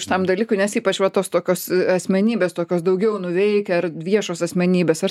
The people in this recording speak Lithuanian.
šitam dalykui nes ypač va tos tokios asmenybės tokios daugiau nuveikę ar viešos asmenybės ar